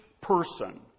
person